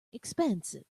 expensive